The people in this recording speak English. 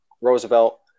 Roosevelt